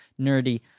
nerdy